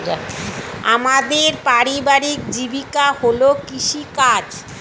আমাদের পারিবারিক জীবিকা হল কৃষিকাজ